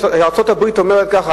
ארצות-הברית אומרת ככה,